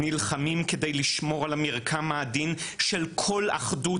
נלחמים כדי לשמור על המרקם העדין של כל אחדות,